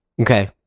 Okay